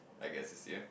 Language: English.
I guess it's here